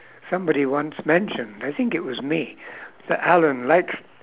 somebody once mentioned I think it was me that alan likes